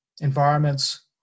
environments